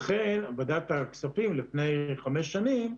לכן, ועדת הכספים, לפני חמש שנים,